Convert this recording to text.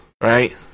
right